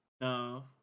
No